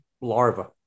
larva